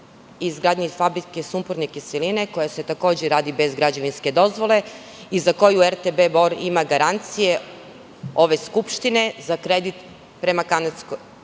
izgradnji fabrike sumporne kiseline, koja se takođe radi bez građevinske dozvole i za koju RTB Bor ima garancije ove skupštine za obezbeđenje od kanadske